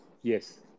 yes